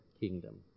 kingdom